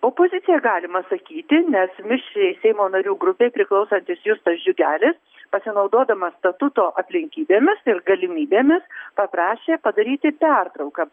opozicija galima sakyti nes mišriai seimo narių grupei priklausantis justas džiugelis pasinaudodamas statuto aplinkybėmis ir galimybėmis paprašė padaryti pertrauką